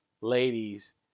ladies